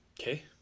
Okay